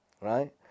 Right